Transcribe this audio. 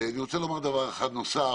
ואני רוצה לומר דבר אחד נוסף,